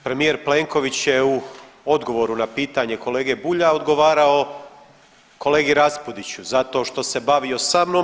Premijer Plenković je u odgovoru na pitanje kolege Bulja odgovarao kolegi Raspudiću zato što se bavio sa mnom.